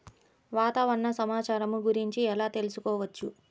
వాతావరణ సమాచారము గురించి ఎలా తెలుకుసుకోవచ్చు?